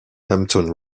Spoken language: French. hampton